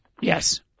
Yes